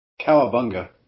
Cowabunga